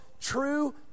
true